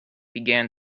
began